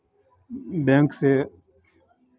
bank से